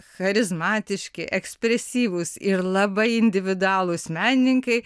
charizmatiški ekspresyvūs ir labai individualūs menininkai